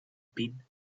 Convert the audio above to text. been